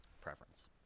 preference